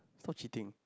so cheating